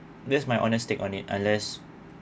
that's my honesty on it unless